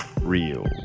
real